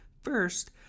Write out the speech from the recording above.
First